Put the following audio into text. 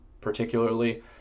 particularly